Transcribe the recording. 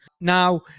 Now